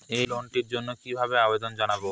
এই লোনটির জন্য কিভাবে আবেদন জানাবো?